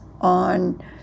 on